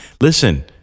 Listen